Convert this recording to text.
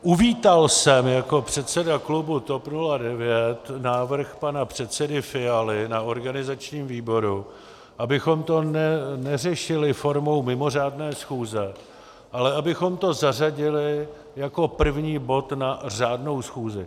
Uvítal jsem jako předseda klubu TOP 09 návrh pana předsedy Fialy na organizačním výboru, abychom to neřešili formou mimořádné schůze, ale abychom to zařadili jako první bod na řádnou schůzi.